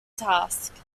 task